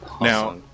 Now